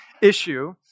issue